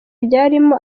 ryarimo